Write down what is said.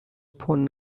phone